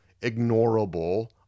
ignorable